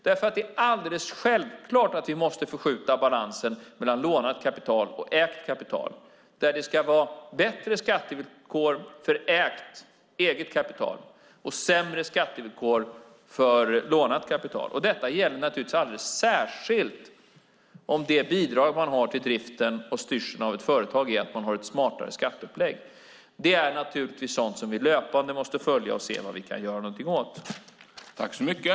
Det är nämligen alldeles självklart att vi måste förskjuta balansen mellan lånat kapital och ägt kapital. Det ska vara bättre skattevillkor för ägt, eget, kapital och sämre skattevillkor för lånat kapital. Det gäller naturligtvis alldeles särskilt om det bidrag man har till driften och styrseln av ett företag är att man har ett smartare skatteupplägg. Det är sådant som vi givetvis löpande måste följa och se vad vi kan göra åt det.